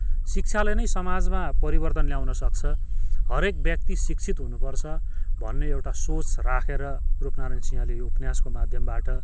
शिक्षाले नै समाजमा परिवर्तन ल्याउनसक्छ हरेक व्यक्ति शिक्षित हुनुपर्छ भन्ने एउटा सोच राखेर रूपनारायण सिंहले यो उपन्यासको माध्यमबाट